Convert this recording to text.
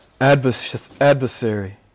adversary